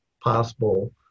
possible